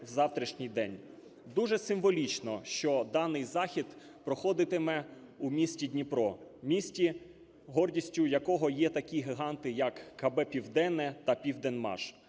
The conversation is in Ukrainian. Дуже символічно, що даний захід проходитиме у місті Дніпро, місті, гордістю якого є такі гіганти як КБ "Південне" та "Південмаш".